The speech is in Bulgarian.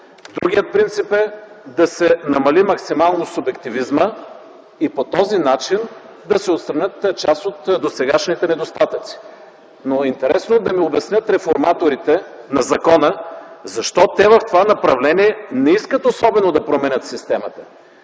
Другият принцип е да се намали максимално субективизма и по този начин да се отстранят част от досегашните недостатъци. Но интересно е да ми обяснят реформаторите на закона защо те в това направление не искат особено да променят системата.